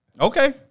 Okay